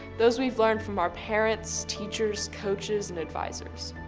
those we've learned from our parents, teachers, coaches, and advisors.